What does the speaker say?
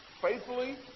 Faithfully